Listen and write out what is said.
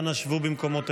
אנא שבו במקומותיכם.